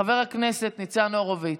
חבר הכנסת ניצן הורוביץ,